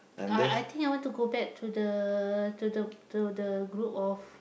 I I think I want to go back to the to the to the group of